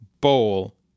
bowl